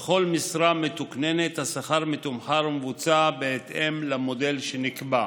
ולכל משרה מתוקננת השכר מתומחר ומבוצע בהתאם למודל שנקבע.